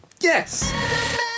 Yes